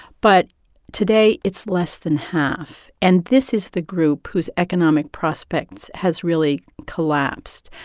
but today, it's less than half. and this is the group whose economic prospects has really collapsed.